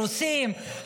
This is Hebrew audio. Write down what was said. רוסים,